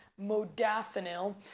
modafinil